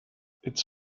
its